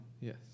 Yes